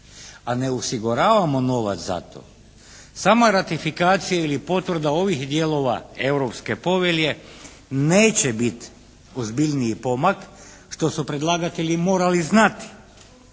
a ne osiguravamo ovlast za to, samo je ratifikacija ili potvrda ovih dijelova Europske povelje neće biti ozbiljniji pomak što su predlagatelji morali znati.